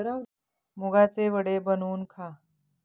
मुगाचे वडे बनवून खा